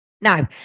Now